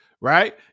right